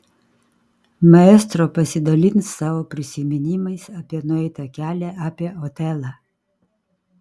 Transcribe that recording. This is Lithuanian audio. maestro pasidalins savo prisiminimais apie nueitą kelią apie otelą